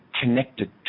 connected